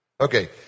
Okay